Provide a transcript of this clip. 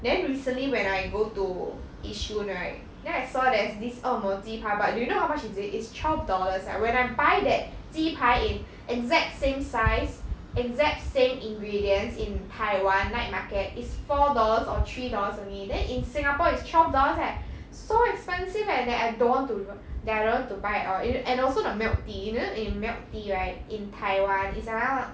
then recently when I go to yishun right then I saw there is this 恶魔鸡排 but you know how much is it is twelve dollars eh when I buy that 鸡排 in exact same size exact same ingredients in taiwan night market it's four dollars or three dollars only then in singapore it's twelve dollars leh so expensive leh that I don't want to even that I don't want to buy at all you know and also the milk tea you know in milk tea right in taiwan is around